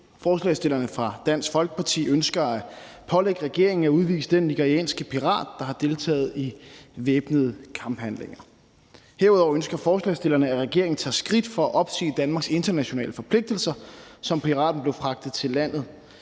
Forslagsstillerne fra Dansk Folkeparti ønsker at pålægge regeringen at udvise den nigerianske pirat, der har deltaget i væbnede kamphandlinger. Herudover ønsker forslagsstillerne, at regeringen tager skridt for at opsige Danmarks internationale forpligtelser, som piraten blev fragtet til landet